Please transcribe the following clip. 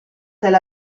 tel